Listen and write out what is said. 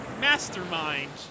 Mastermind